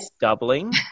doubling